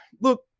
look